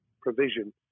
provision